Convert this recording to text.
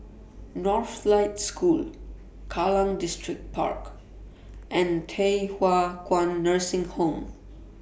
Northlight School Kallang Distripark and Thye Hua Kwan Nursing Home